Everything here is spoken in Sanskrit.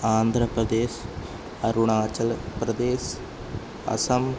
आन्ध्रप्रदेशः अरुणाचलप्रदेशः असम्